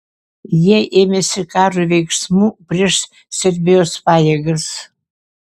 jie ėmėsi karo veiksmų prieš serbijos pajėgas